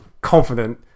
confident